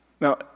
Now